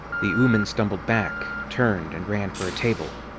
the ooman stumbled back, turned, and ran for a table.